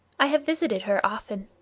i have visited her often.